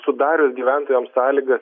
sudarius gyventojam sąlygas